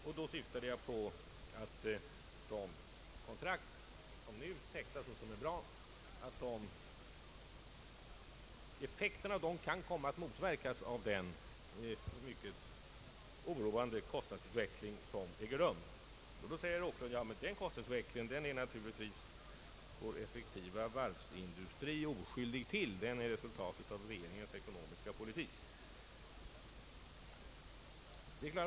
Jag syftade på att effekten av de kontrakt som nu tecknats, och som är fördelaktiga, kan komma att motverkas av den mycket oroande kostnadsutveckling som äger rum. Då sade herr Åkerlund att vår effektiva varvsindustri naturligtvis är oskyldig till den kostnadsutvecklingen, som är ett resultat av regeringens ekonomiska politik.